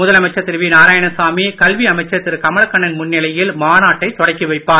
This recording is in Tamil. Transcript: முதலமைச்சர் திரு வி நாராயணசாமி கல்வி அமைச்சர் திரு கமலக்கண்ணன் முன்னிலையில் இம்மாநாட்டை தொடக்கி வைப்பார்